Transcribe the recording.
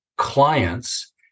clients